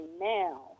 now